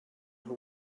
who